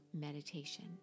meditation